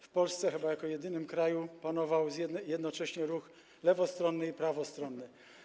W Polsce chyba jako jedynym kraju panował jednocześnie ruch lewostronny i prawostronny.